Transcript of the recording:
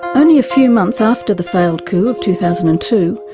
only a few months after the failed coup of two thousand and two,